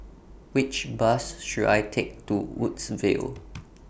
Which Bus should I Take to Woodsville